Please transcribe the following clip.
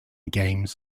games